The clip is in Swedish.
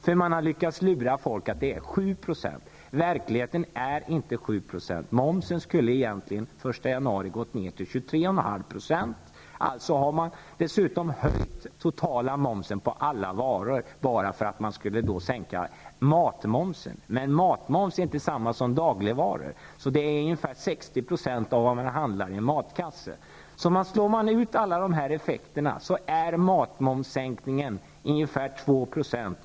Folk har lurats till att tro att det är fråga om 7 %. Verkligheten är inte 7 %. Momsen skulle egentligen ha sänkts till 23,5 % den 1 januari. Dessutom har den totala momsen höjts på alla varor, bara för att matmomsen skulle sänkas. Men matvaror är inte detsamma som dagligvaror, och de motsvarar ungefär 60 % av det som finns i en matkasse. Slår man ut alla dessa effekter, motsvarar sänkningen av matmomsen ungefär 2 %.